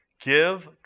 Give